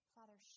Father